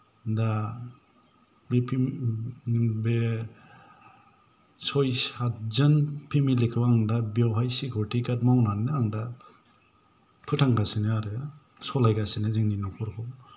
दा बि बे सय सातजन फेमिलि खौ आं दा बेवहाय सिकिउरिटि गार्ड मावनानैनो आं दा फोथांगासिनो आरो सलायगासिनो जोंनि न'खरखौ